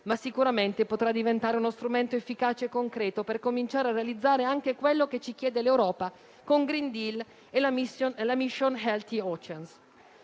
ma sicuramente potrà diventare uno strumento efficace e concreto per cominciare a realizzare anche quello che ci chiede l'Europa con il *green deal* e la *mission healthy oceans*.